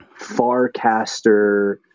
Farcaster